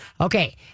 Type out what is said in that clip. Okay